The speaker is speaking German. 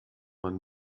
man